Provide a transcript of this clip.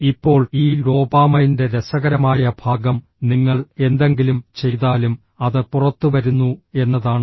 ഇപ്പോൾ ഈ ഡോപാമൈൻറെ രസകരമായ ഭാഗം നിങ്ങൾ എന്തെങ്കിലും ചെയ്താലും അത് പുറത്തുവരുന്നു എന്നതാണ്